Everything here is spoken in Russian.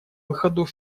выходу